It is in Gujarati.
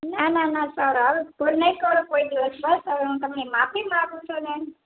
ના ના ના સર આવી ભૂલ નહીં કરું કોઈ દિવસ બસ હવે હું તમને માફી માગું છું ને